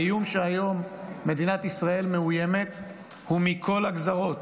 האיום שהיום מדינת ישראל מאוימת הוא מכל הגזרות.